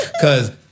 Cause